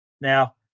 Now